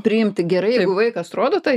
priimti gerai jeigu vaikas rodo tai